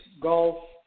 golf